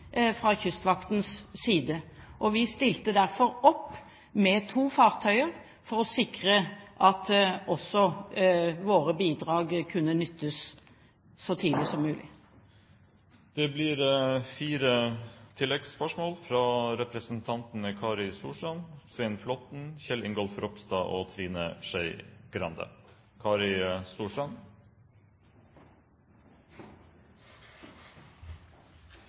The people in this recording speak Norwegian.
fra Kystvaktens side er det viktig for oss å gi. Vi stilte derfor opp med to fartøyer for å sikre at også våre bidrag kunne nyttes så tidlig som mulig. Det blir fire oppfølgingsspørsmål – først Kari Storstrand.